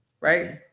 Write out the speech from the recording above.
Right